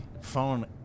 phone